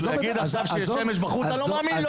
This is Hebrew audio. אם הוא אומר שיש עכשיו שמש בחוץ אני לא מאמין לו.